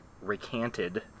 recanted